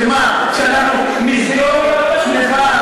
שאלה תיאורטית.